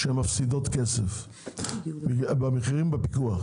שהן מפסידות כסף, על המוצרים בפיקוח.